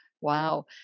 Wow